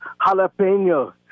jalapeno